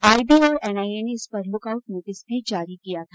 आई B और NIA ने इस पर लुकआउट नोटिस भी जारी किया था